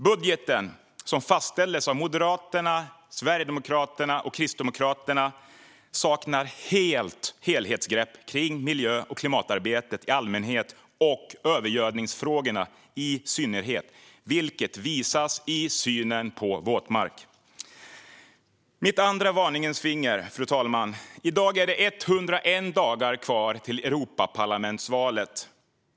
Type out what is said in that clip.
Budgeten, som fastställdes av Moderaterna, Sverigedemokraterna och Kristdemokraterna, saknar helt helhetsgrepp kring miljö och klimatarbetet i allmänhet och övergödningsfrågorna i synnerhet, vilket visas i synen på våtmark. Det andra gäller detta, fru talman: I dag är det 101 dagar kvar till Europaparlamentsvalet.